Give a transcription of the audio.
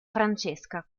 francesca